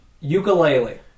Ukulele